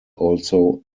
also